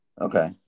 Okay